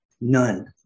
None